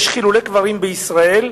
יש חילול קברים בישראל,